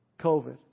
COVID